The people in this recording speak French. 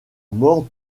mort